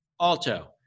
Alto